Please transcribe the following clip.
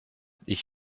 ich